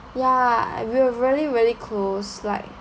ya I we're really very close like